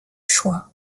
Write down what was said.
choix